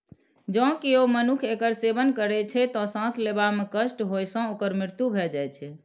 जौं केओ मनुक्ख एकर सेवन करै छै, तं सांस लेबा मे कष्ट होइ सं ओकर मृत्यु भए जाइ छै